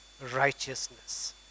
righteousness